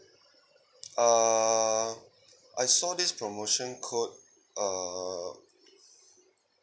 ah I saw this promotion code uh